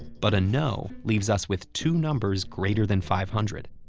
but a no leaves us with two numbers greater than five hundred,